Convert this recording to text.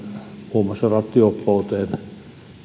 muun muassa rattijuoppouteen